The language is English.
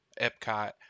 Epcot